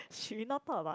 should we not talk about